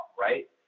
right